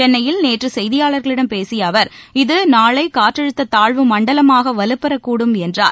சென்னையில் நேற்று செய்தியாளர்களிடம் பேசிய அவர் இது நாளை காற்றழுத்த தாழ்வு மண்டலமாக வலுப்பெறக்கூடும் என்றார்